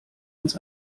uns